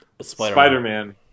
Spider-Man